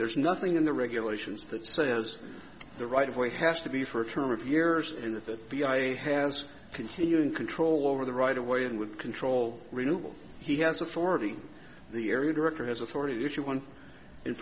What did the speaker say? there's nothing in the regulations that says the right of way has to be for a term of years in the v i i has continued in control over the right away and would control renewable he has a forty the area director has authority to issue one in